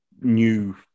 new